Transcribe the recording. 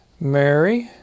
Mary